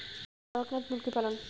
করকনাথ মুরগি পালন?